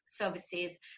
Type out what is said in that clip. services